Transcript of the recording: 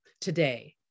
today